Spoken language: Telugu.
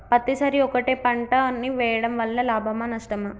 పత్తి సరి ఒకటే పంట ని వేయడం వలన లాభమా నష్టమా?